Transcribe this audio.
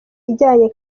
ijyanye